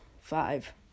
five